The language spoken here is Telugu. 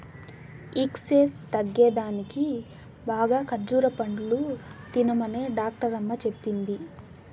ఈక్నేస్ తగ్గేదానికి బాగా ఖజ్జూర పండ్లు తినమనే డాక్టరమ్మ చెప్పింది